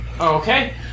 Okay